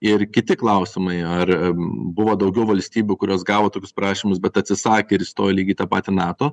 ir kiti klausimai ar buvo daugiau valstybių kurios gavo tokius prašymus bet atsisakė ir įstojo lygiai tą patį nato